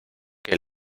que